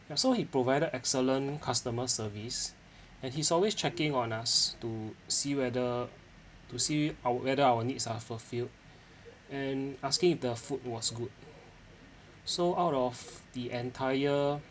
ya so he provided excellent customer service and he's always checking on us to see whether to see our whether our needs are fulfilled and asking if the food was good so out of the entire